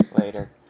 Later